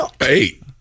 Eight